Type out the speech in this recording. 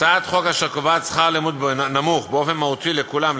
הצעת חוק אשר קובעת שכר לימוד נמוך באופן מהותי לכולם,